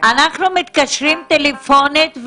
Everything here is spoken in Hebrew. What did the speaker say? --- אנחנו מתקשרים טלפונית,